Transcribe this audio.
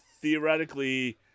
theoretically